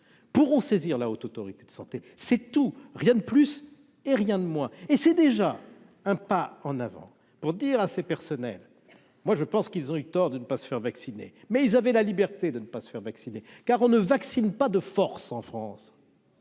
pourront saisir la Haute autorité de santé, c'est tout, rien de plus et rien de moins, et c'est déjà un pas en avant pour dire assez personnels, moi je pense qu'ils ont eu tort de ne pas se faire vacciner mais ils avaient la liberté de ne pas se faire vacciner, car on ne vaccine pas de force en France.